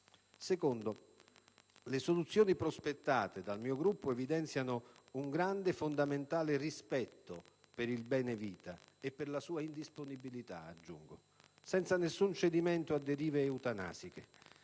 Secondo: le soluzioni prospettate dal mio Gruppo evidenziano un grande, fondamentale rispetto per il bene vita (e per la sua indisponibilità) senza nessun cedimento a derive eutanasiche,